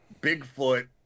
Bigfoot